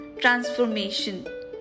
transformation